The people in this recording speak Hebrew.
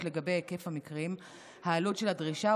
לגבי היקף המקרים והעלות של הדרישה,